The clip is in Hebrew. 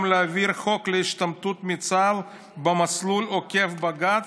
להעביר חוק להשתמטות מצה"ל במסלול עוקף בג"ץ,